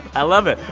i love it.